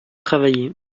travailler